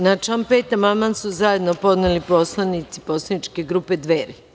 Na član 5. amandman su zajedno podneli narodni poslanici poslaničke grupe Dveri.